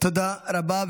תודה רבה.